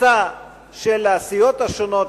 מצע של הסיעות השונות,